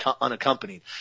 unaccompanied